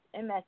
MS